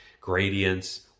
gradients